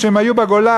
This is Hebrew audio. כשהם היו בגולה,